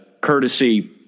courtesy